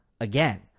again